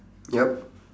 yup